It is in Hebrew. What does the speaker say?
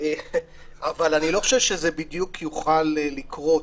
אני לא חושב שהדבר הזה בדיוק יוכל לקרות,